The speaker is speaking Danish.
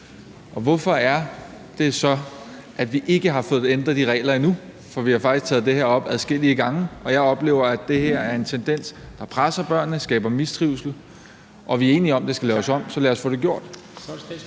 Hvorfor er det så, at vi ikke har fået ændret de regler endnu, for vi har faktisk taget det her op adskillige gange? Jeg oplever, at det her er en tendens, der presser børnene og skaber mistrivsel. Og vi er enige om, at det skal laves om – så lad os få det gjort!